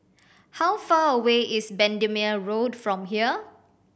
how far away is Bendemeer Road from here